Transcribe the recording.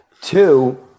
Two